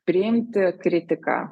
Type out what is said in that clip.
priimti kritiką